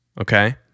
okay